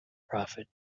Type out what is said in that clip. prophet